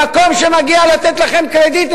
במקום שמגיע לתת לכם קרדיט,